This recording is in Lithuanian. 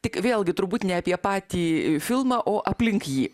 tik vėlgi turbūt ne apie patį filmą o aplink jį